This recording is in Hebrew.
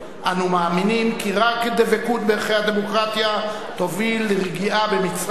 אנו מאמינים כי רק דבקות בערכי הדמוקרטיה תוביל לרגיעה במצרים,